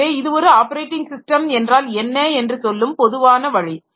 எனவேஇது ஒரு operating system என்றால் என்ன என்று சொல்லும் பொதுவான வழி